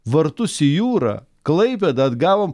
vartus į jūrą klaipėdą atgavom